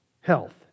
health